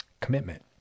commitment